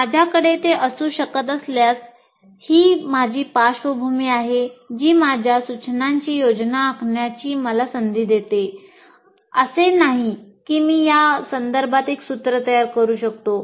माझ्याकडे ते असू शकत असल्यास ही माझी पार्श्वभूमी आहे जी माझ्या सूचनांची योजना आखण्याची मला संधी देते असे नाही की मी या संदर्भात एक सूत्र तयार करू शकतो